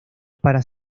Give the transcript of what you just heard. para